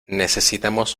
necesitamos